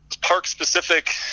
park-specific